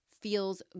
feels